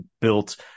built